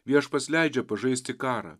viešpats leidžia pažaisti karą